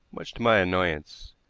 much to my annoyance.